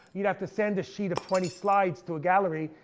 you'd have to send a sheet of twenty slides to a gallery,